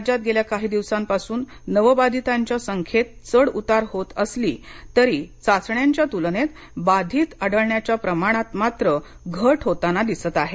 राज्यात गेल्या काही दिवसांपासून नवबाधितांच्या संख्येत चढ उतार होत असली तरी चाचण्यांच्या तूलनेत बाधित आढळण्याच्या प्रमाणात मात्र घट होताना दिसत आहे